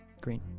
green